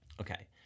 Okay